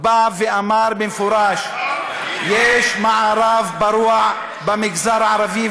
בא ואמר במפורש: יש מערב פרוע במגזר הערבי,